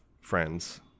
friends